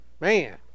man